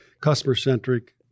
customer-centric